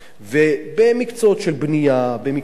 ובמקצועות של בנייה, במקצועות של חקלאות,